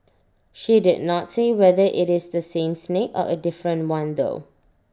she did not say whether IT is the same snake or A different one though